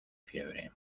fiebre